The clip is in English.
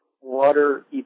Water